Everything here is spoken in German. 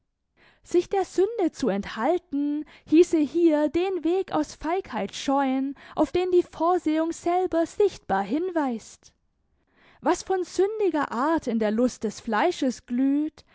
sich der sünde zu enthalten hieße hier den weg aus feigheit scheuen auf den die vorsehung selber sichtbar hinweist was von sündiger art in der lust des fleisches glüht